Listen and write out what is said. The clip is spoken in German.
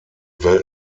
welt